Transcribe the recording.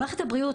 למערכת הבריאות,